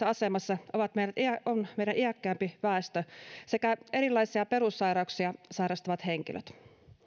asemassa on meidän iäkkäämpi väestö sekä erilaisia perussairauksia sairastavat henkilöt